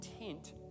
intent